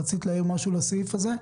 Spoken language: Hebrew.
רצית להעיר משהו לסעיף הזה?